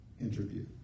interview